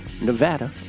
Nevada